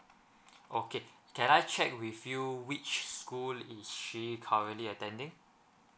okay can I check with you which school is she currently attending